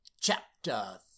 Chapter